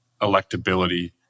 electability